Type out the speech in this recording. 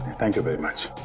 thank you very much!